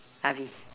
Areve